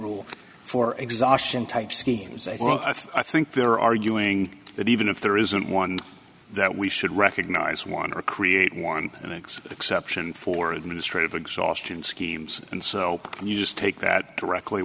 rule for exhaustion type schemes i think they're arguing that even if there isn't one that we should recognize one or create one exception for administrative exhaustion schemes and so you just take that directly